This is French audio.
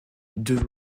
deux